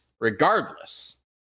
Regardless